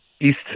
east